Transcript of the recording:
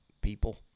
people